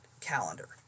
calendar